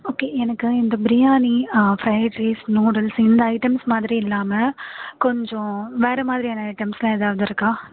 okay எனக்கு இந்த biryani fried rice noodles இந்த ஐட்டம்ஸ் மாதிரி இல்லாமல் கொஞ்சம் வேறு மாதிரியான ஐட்டம்ஸ்லான் எதாவது இருக்கா